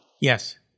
Yes